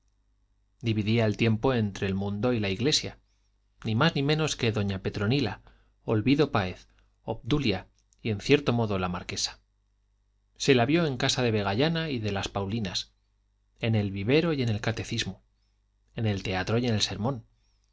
dividía el tiempo entre el mundo y la iglesia ni más ni menos que doña petronila olvido páez obdulia y en cierto modo la marquesa se la vio en casa de vegallana y en las paulinas en el vivero y en el catecismo en el teatro y en el sermón